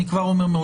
אני כבר אומר,